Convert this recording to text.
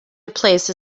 replaced